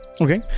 okay